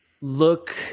look